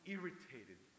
Irritated